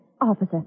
Officer